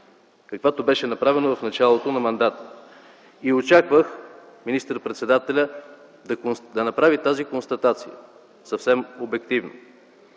каквато беше направена в началото на мандата. Очаквах министър-председателят да направи тази констатация съвсем обективно.